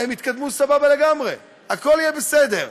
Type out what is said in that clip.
יתקדמו סבבה לגמרי, הכול יהיה בסדר.